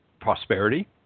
prosperity